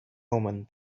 omen